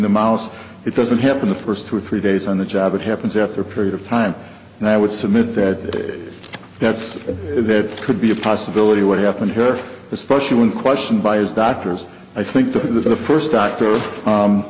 the mouse it doesn't happen the first two or three days on the job it happens after a period of time and i would submit that that's that could be a possibility what happened here especially when questioned by as doctors i think the first doctor